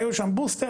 היו שם בוסטר.